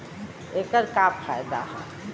ऐकर का फायदा हव?